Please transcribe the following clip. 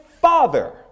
father